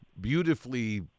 beautifully